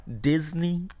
Disney